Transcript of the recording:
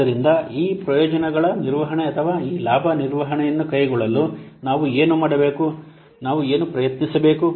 ಆದ್ದರಿಂದ ಈ ಪ್ರಯೋಜನಗಳ ನಿರ್ವಹಣೆ ಅಥವಾ ಈ ಲಾಭ ನಿರ್ವಹಣೆಯನ್ನು ಕೈಗೊಳ್ಳಲು ನಾವು ಏನು ಮಾಡಬೇಕು ನಾವು ಏನು ಪ್ರಯತ್ನಿಸಬೇಕು